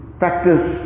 practice